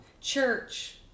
church